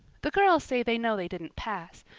the girls say they know they didn't pass,